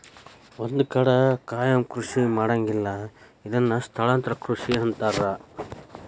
ಒಂದ ಕಡೆ ಕಾಯಮ ಕೃಷಿ ಮಾಡಂಗಿಲ್ಲಾ ಇದನ್ನ ಸ್ಥಳಾಂತರ ಕೃಷಿ ಅಂತಾರ